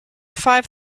five